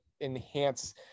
enhance